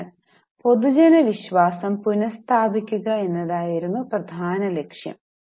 അതിനാൽ പൊതുജനവിശ്വാസം പുനസ്ഥാപിക്കുക എന്നതായിരുന്നു പ്രധാന ലക്ഷ്യം